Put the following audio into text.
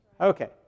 Okay